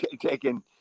taking